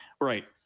right